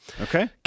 Okay